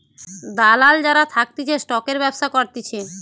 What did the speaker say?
দালাল যারা থাকতিছে স্টকের ব্যবসা করতিছে